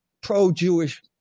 pro-Jewish